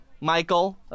Michael